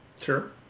Sure